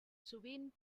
sovint